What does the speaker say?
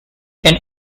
can